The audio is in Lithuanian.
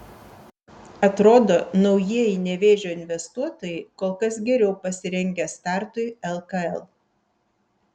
atrodo naujieji nevėžio investuotojai kol kas geriau pasirengę startui lkl